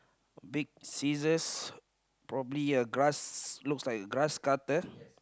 big scissors probably a grass looks like grass cutter